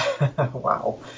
Wow